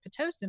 Pitocin